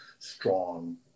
strong